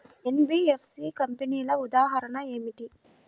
NBFC కంపెనీల ఉదాహరణ ఏమిటి?